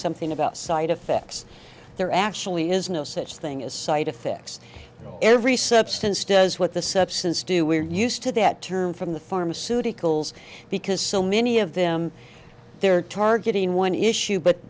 something about side effects there actually is no such thing as side effects every substance does what the substance do we're used to that term from the pharmaceuticals because so many of them they're targeting one issue but